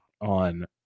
on